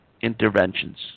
interventions